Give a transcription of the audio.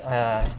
!aiya!